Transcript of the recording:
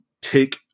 take